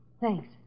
Thanks